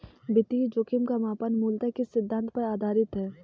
वित्तीय जोखिम का मापन मूलतः किस सिद्धांत पर आधारित है?